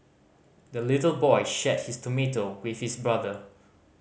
the little boy shared his tomato with his brother